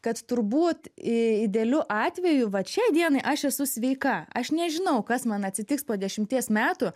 kad turbūt idealiu atveju vat šiai dienai aš esu sveika aš nežinau kas man atsitiks po dešimties metų